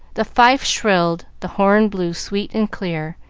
the fife shrilled, the horn blew sweet and clear,